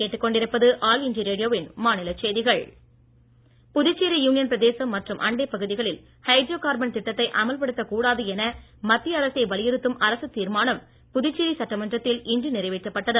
hydro carbon Puducherry union பிரதேசம் மற்றும் அண்டை பகுதிகளில் ஹைட்ரோ கார்பன் திட்டத்தை அமல்படுத்தக் கூடாது என மத்திய அரசை வலியுறுத்தும் அரசுத் தீர்மானம் புதுச்சேரி சட்டமன்றத்தில் இன்று நிறைவேற்றப்பட்டது